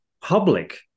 public